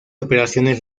operaciones